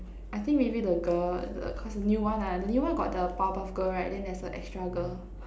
I think maybe the girl the cause the new one ah the new one got the powerpuff-girl right then there's a extra girl